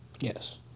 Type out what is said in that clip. Yes